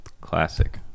Classic